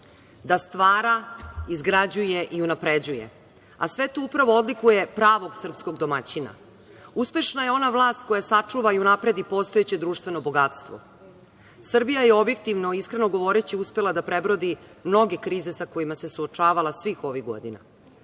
da stvara, izgrađuje i unapređuje, a sve to upravo odlikuje pravog srpskog domaćina. Uspešna je ona vlast koja sačuva i unapredi postojeće društveno bogatstvo. Srbija je objektivno i iskreno govoreći uspela da prebrodi mnoge krize sa kojima se suočavala svih ovih godina.